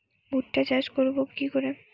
ভুট্টা চাষ করব কি করে?